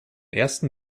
ersten